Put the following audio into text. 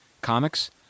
comics